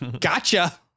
gotcha